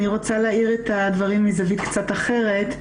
אני רוצה להאיר את הדברים מזווית קצת אחרת.